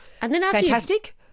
fantastic